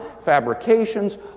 fabrications